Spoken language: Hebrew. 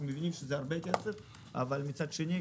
אנחנו מבינים שזה הרבה כסף אבל מצד שני,